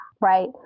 Right